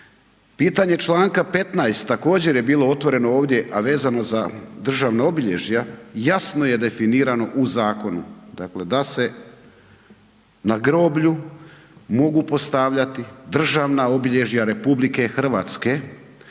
Pitanje članka 15., također je bilo otvoreno ovdje, a vezano za državna obilježja, jasno je definirano u Zakonu, dakle, da se na groblju mogu postavljati državna obilježja Republike Hrvatske,